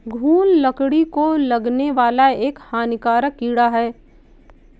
घून लकड़ी को लगने वाला एक हानिकारक कीड़ा है